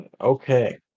Okay